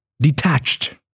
detached